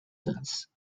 sense